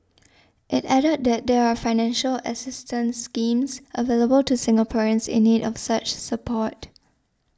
it added that there are financial assistance schemes available to Singaporeans in need of such support